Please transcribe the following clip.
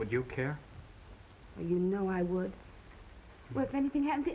would you care you know i would with anything h